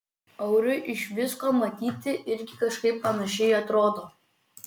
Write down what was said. auriui iš visko matyti irgi kažkaip panašiai atrodo